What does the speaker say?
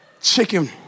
Chicken